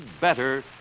better